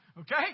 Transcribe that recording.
Okay